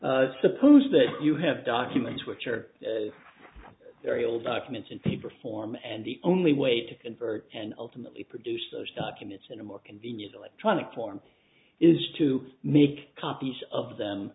suppose that you have documents which are very old documents and paper form and the only way to convert and ultimately produce those documents in a more convenient electronic form is to make copies of them